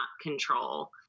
control